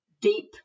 deep